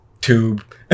tube